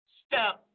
step